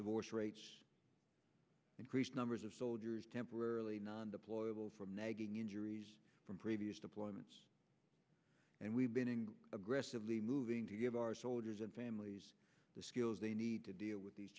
rates increased numbers of soldiers temporarily non deployable from nagging injuries from previous deployments and we've been aggressively moving to give our soldiers and families the skills they need to deal with these